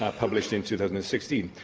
ah published in two thousand and sixteen.